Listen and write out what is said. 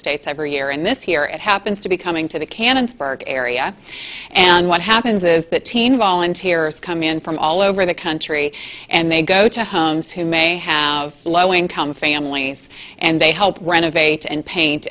states every year and this here at happens to be coming to the cannon spark area and what happens is that teen volunteers come in from all over the country and they go to homes who may have low income families and they help renovate and paint